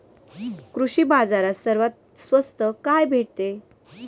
कृषी बाजारात सर्वात स्वस्त काय भेटते?